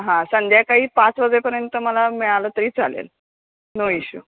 हा संध्याकाळी पाच वाजेपर्यंत मला मिळालं तरी चालेल नो इश्यू हा